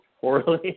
poorly